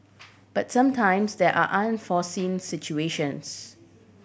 but sometimes there are unforeseen situations